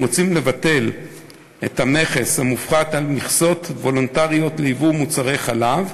רוצים לבטל את המכס המופחת על מכסות וולונטריות לייבוא מוצרי חלב,